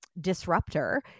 Disruptor